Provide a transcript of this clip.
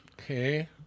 Okay